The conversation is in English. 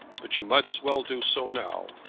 but you might as well do so now.